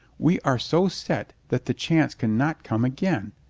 we are so set that the chance can not come again.